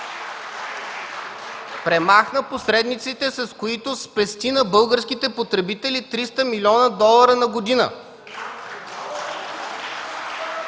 Премахна посредниците, с които спести на българските потребители 300 милиона долара на година.